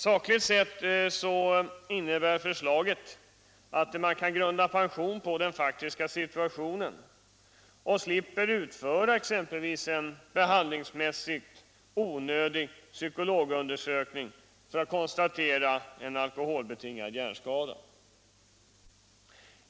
Sakligt sett innebär förslaget att man kan grunda pension på den faktiska situationen och slipper utföra exempelvis en behandlingsmässigt onödig psykologisk undersökning för att konstatera en alkoholbetingad hjärnskada.